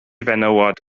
fenywod